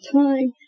time